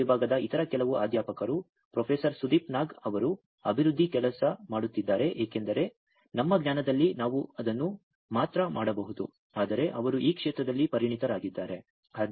electronic ವಿಭಾಗದ ಇತರ ಕೆಲವು ಅಧ್ಯಾಪಕರು ಪ್ರೊಫೆಸರ್ ಸುದೀಪ್ ನಾಗ್ ಅವರು ಅಭಿವೃದ್ಧಿಯಲ್ಲಿ ಕೆಲಸ ಮಾಡುತ್ತಿದ್ದಾರೆ ಏಕೆಂದರೆ ನಮ್ಮ ಜ್ಞಾನದಲ್ಲಿ ನಾವು ಅದನ್ನು ಮಾತ್ರ ಮಾಡಬಹುದು ಆದರೆ ಅವರು ಈ ಕ್ಷೇತ್ರದಲ್ಲಿ ಪರಿಣತರಾಗಿದ್ದಾರೆ